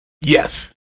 Yes